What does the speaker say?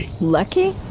Lucky